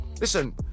listen